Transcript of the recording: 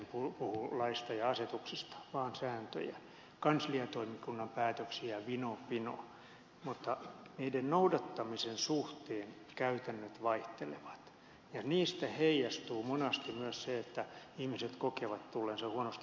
en puhua laeista ja asetuksista vaan säännöistä kansliatoimikunnan päätöksistä vino pino mutta niiden noudattamisen suhteen käytännöt vaihtelevat ja niistä heijastuu monasti myös se että ihmiset kokevat tulleensa huonosti kohdelluiksi